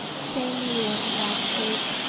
same here, laughed kate.